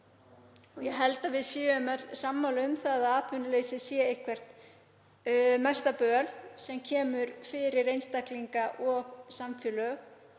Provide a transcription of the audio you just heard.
ég held að við séum öll sammála um að atvinnuleysi sé eitthvert mesta böl sem kemur fyrir einstaklinga og samfélög.